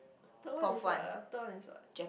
third one is what ah third one is what